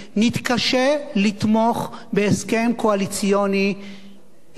נתקשה לתמוך בהסכם קואליציוני עם פורשים,